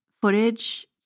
footage